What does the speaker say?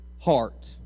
heart